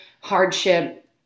hardship